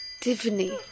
Tiffany